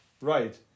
right